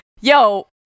yo